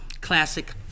Classic